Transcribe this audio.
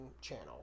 channel